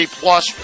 plus